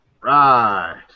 Right